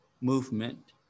movement